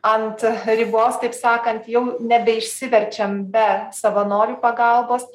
ant ribos taip sakant jau nebeišsiverčiam be savanorių pagalbos